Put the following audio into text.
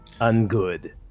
ungood